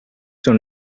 sono